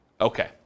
Okay